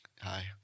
hi